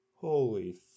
holy